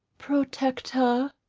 protect her,